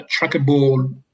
trackable